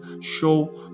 show